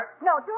No